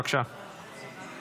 בבקשה,